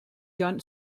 john